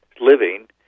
living